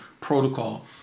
protocol